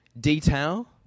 detail